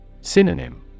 Synonym